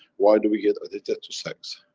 why do we get addicted to sex?